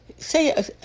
Say